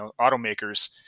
automakers